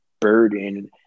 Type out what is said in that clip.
burden